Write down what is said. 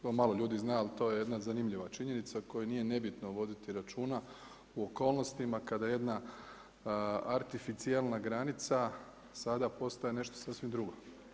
To malo ljudi zna ali to je jedna zanimljiva činjenica o kojoj nije nebitno voditi računa u okolnostima kada jedna artificijelna granica sada postaje nešto sasvim drugo.